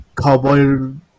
cowboy